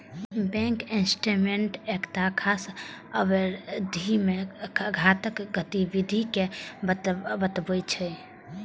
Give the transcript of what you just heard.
bank statement एकटा खास अवधि मे खाताक गतिविधि कें बतबै छै